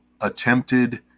attempted